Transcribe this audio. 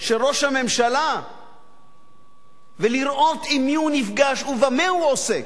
של ראש הממשלה ולראות עם מי הוא נפגש ובמה הוא עוסק,